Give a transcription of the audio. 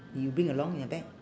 you bring along in your bag